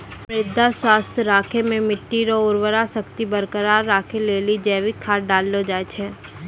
मृदा स्वास्थ्य राखै मे मट्टी रो उर्वरा शक्ति बरकरार राखै लेली जैविक खाद डाललो जाय छै